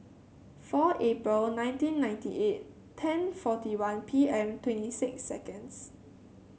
four April nineteen ninety eight ten forty one P M twenty six seconds